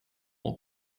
our